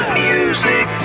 music